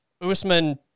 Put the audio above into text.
Usman